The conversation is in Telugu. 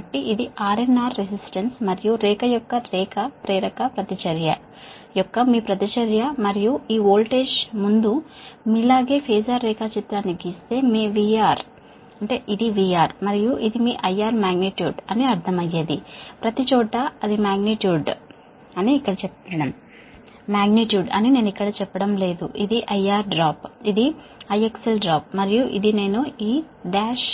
కాబట్టి ఇది R రెసిస్టన్స్ మరియు లైన్ యొక్క లైన్ ఇండక్టివ్ రియాక్టన్స్ యొక్క మీ రియాక్టన్స్ మరియు ఈ వోల్టేజ్ ముందు మీలాగే ఫేజర్ రేఖాచిత్రాన్ని గీస్తే మీ VR ఇది VR మరియు ఇది మీ IR మాగ్నిట్యూడ్ అర్థమయ్యేది ప్రతిచోటా అది మాగ్నిట్యూడ్ అని నేను ఇక్కడ చెప్పడం లేదు ఇది IR డ్రాప్ ఇది IXL డ్రాప్ మరియు ఇది నేను ఈ డాష్